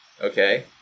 okay